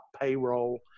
payroll